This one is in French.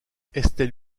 estelle